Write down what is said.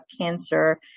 cancer